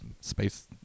space